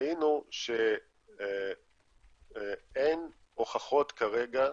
ואנחנו ראינו שאין הוכחות כרגע,